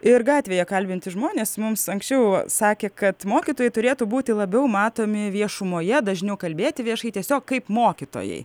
ir gatvėje kalbinti žmonės mums anksčiau sakė kad mokytojai turėtų būti labiau matomi viešumoje dažniau kalbėti viešai tiesiog kaip mokytojai